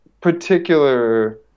particular